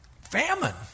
famine